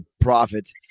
profit